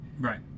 Right